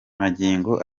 magingo